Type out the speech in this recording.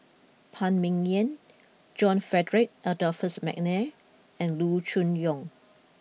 Phan Ming Yen John Frederick Adolphus McNair and Loo Choon Yong